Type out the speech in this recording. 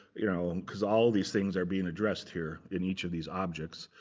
you know and because all of these things are being addressed here in each of these objects.